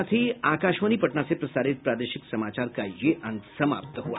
इसके साथ ही आकाशवाणी पटना से प्रसारित प्रादेशिक समाचार का ये अंक समाप्त हुआ